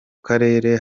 karere